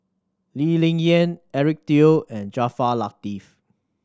Lee Ling Yen Eric Teo and Jaafar Latiff